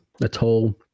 atoll